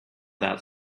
that